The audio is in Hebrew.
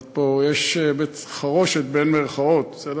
זאת אומרת, פה יש "בית-חרושת", בסדר?